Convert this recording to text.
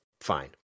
fine